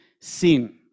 sin